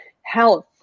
health